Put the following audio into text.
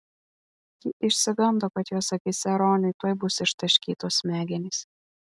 ji išsigando kad jos akyse roniui tuoj bus ištaškytos smegenys